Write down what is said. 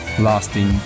lasting